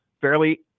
fairly